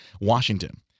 Washington